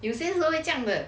有些人会这样的